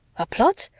a plot?